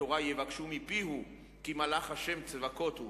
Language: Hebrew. ותורה יבקשו מפיהו כי מלאך ה' צבאות הוא.